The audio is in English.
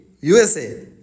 USA